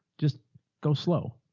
just go slow.